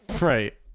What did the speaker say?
Right